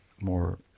more